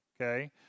Okay